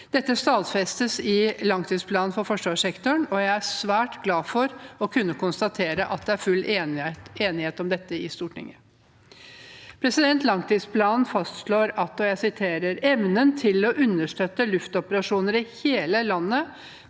Dette stadfestes i langtidsplanen for forsvarssektoren, og jeg er svært glad for å kunne konstatere at det er full enighet om dette i Stortinget. Langtidsplanen fastslår: «Evnen til å understøtte luftoperasjoner i hele landet